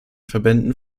verbänden